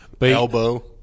Elbow